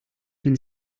can